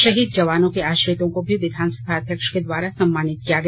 शहीद जवानों के आश्रितों को भी विधानसभा अध्यक्ष के द्वारा सम्मानित किया गया